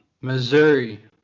Missouri